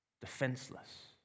defenseless